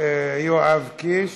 יואב קיש.